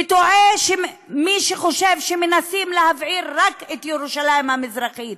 וטועה מי שחושב שמנסים להבעיר רק את ירושלים המזרחית.